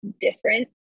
different